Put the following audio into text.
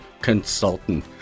consultant